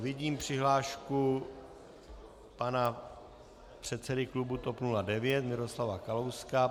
Vidím přihlášku pana předsedy klubu TOP 09 Miroslava Kalouska.